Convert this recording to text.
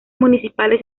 municipales